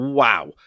Wow